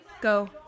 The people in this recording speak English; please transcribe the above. Go